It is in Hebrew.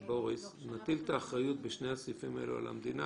לא מאפשר להן - לדוגמה,